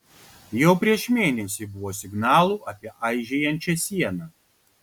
jau prieš mėnesį buvo signalų apie aižėjančią sieną